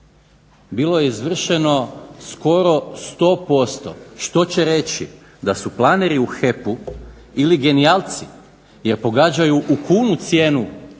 Bilo je izvršeno skoro 100%, što će reći da su planeri u HEP-u ili genijalci jer pogađaju u kunu cijenu